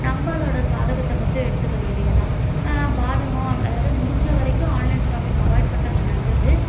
நம்ம அதோடய சாதகத்தை மட்டும் எடுத்துக்க வேண்டியதுதான் பாதகம் அதாவது முடிஞ்ச வரைக்கும் ஆன்லைன் ஷாப்பிங்கை அவாய்ட் பண்றது நல்லது